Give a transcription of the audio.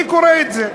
אני קורא את זה.